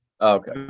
Okay